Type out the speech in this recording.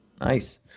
Nice